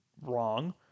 wrong